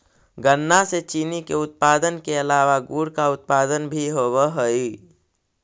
गन्ना से चीनी के उत्पादन के अलावा गुड़ का उत्पादन भी होवअ हई